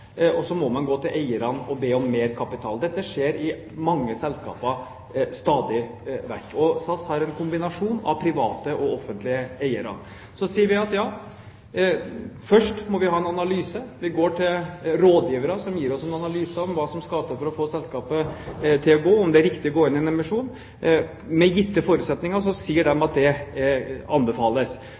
må man gå til eierne for å be om mer kapital. Dette skjer stadig vekk i mange selskaper. SAS har en kombinasjon av private og offentlige eiere. Da sier vi at først må vi ha en analyse. Vi går til rådgivere som gir oss en analyse om hva som skal til for å få selskapet til å gå, om det er riktig å gå inn i en emisjon. Med gitte forutsetninger sier de at det anbefales.